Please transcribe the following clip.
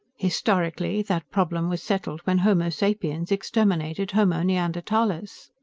historically, that problem was settled when homo sapiens exterminated homo neanderthalis.